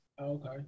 okay